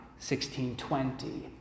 1620